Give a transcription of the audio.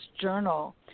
journal